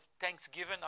Thanksgiving